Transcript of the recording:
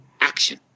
Action